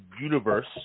universe